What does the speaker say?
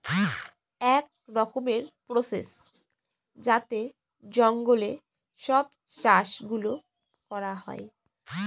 এক রকমের প্রসেস যাতে জঙ্গলে সব চাষ গুলো করা হয়